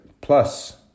Plus